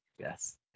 Yes